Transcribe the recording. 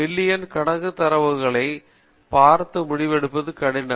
million கணக்கான தரவுகளை பார்த்து முடிவு எடுப்பது கடினம்